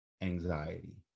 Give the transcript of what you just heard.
anxiety